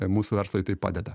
mūsų verslui tai padeda